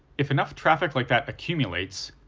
if enough traffic like that accumulates,